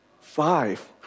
Five